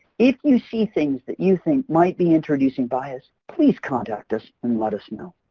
if you see things that you think might be introducing bias, please contact us and let us know.